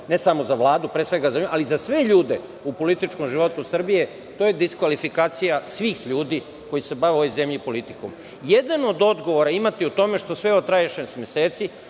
ne samo za Vladu, pre svega za nju, ali za sve ljude u političkom životu Srbije to je diskvalifikacija svih ljudi koji se bave u ovoj zemlji politikom. Jedan od odgovora imate i u tome što sve ovo traje šest meseci,